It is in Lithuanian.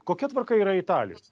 kokia tvarka yra italijos